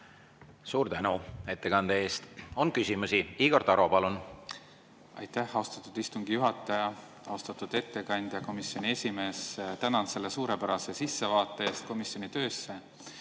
Suur tänu ettekande eest! On küsimusi. Igor Taro, palun! Aitäh, austatud istungi juhataja! Austatud ettekandja, komisjoni esimees, tänan selle suurepärase sissevaate eest komisjoni töösse!